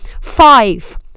five